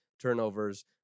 turnovers